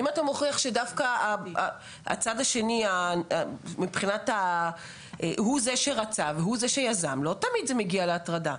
אם אתה מוכיח שהצד השני הוא זה שרצה ויזם לא תמיד זה מגיע להטרדה.